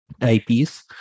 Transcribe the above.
IPs